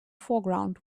foreground